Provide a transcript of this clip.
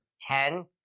ten